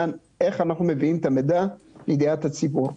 איך אנחנו מביאים את המידע לידיעת הציבור.